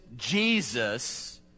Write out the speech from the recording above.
Jesus